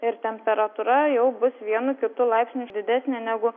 ir temperatūra jau bus vienu kitu laipsniu didesnė negu